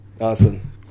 awesome